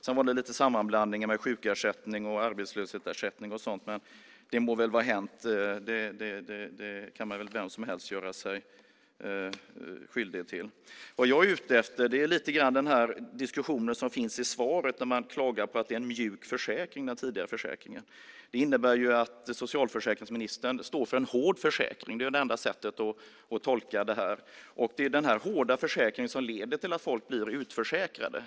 Sedan var det lite sammanblandningar av sjukersättning, arbetslöshetsersättning och så vidare. Det må väl vara hänt. Det kan vem som helst göra sig skyldig till. Vad jag är ute efter är lite grann den diskussion som finns i svaret och att det klagas på att den tidigare försäkringen är mjuk. Det innebär att socialförsäkringsministern står för en hård försäkring. Det är det enda sättet att tolka detta. Det är den här hårda försäkringen som leder till att folk blir utförsäkrade.